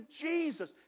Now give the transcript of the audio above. Jesus